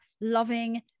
loving